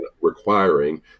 requiring